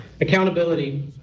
accountability